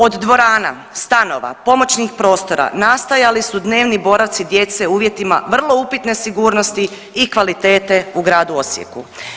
Od dvorana, stanova, pomoćnih prostora nastajali su dnevni boravci djece u uvjetima vrlo upitne sigurnosti i kvalitete u gradu Osijeku.